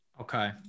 Okay